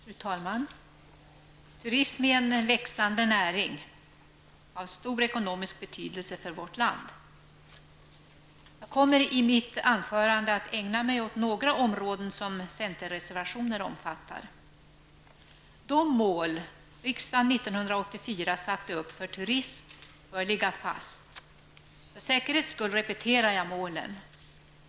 Fru talman! Turismen är en växande näring, och den är av stor ekonomisk betydelse för vårt land. Jag kommer i mitt anförande att ägna mig åt några områden som berörs i centerreservationer. De mål som riksdagen år 1984 satte upp för turismen bör ligga fast. För säkerhets skull repeterar jag målen.